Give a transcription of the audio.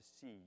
see